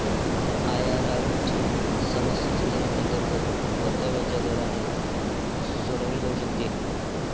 IRR ची समस्या सुधारित अंतर्गत परताव्याच्या दराने सोडवली जाऊ शकते